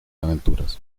aventuras